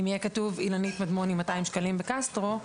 אם יהיה כתוב אילנית מדמוני, 200 שקלים בקסטרו,